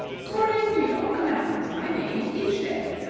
according to your commands i made, each day,